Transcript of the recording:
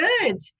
good